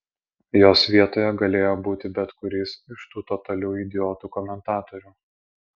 jos vietoje galėjo būti bet kuris iš tų totalių idiotų komentatorių